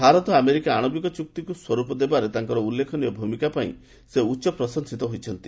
Bharat America ଆଣବିକ ଚୁକ୍ତିକୁ ସ୍ୱରୂପ ଦେବାରେ ତାଙ୍କର ଉଲ୍ଲେଖନୀୟ ଭୂମିକା ପାଇଁ ସେ ଉଚ୍ଚ ପ୍ରଶଂସିତ ହୋଇଛନ୍ତି